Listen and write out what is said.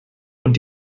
und